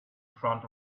front